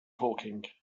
talking